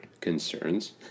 concerns